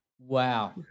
Wow